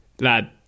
lad